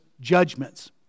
judgments